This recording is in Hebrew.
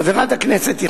חברת הכנסת יחימוביץ,